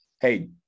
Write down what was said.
Hey